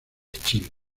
chile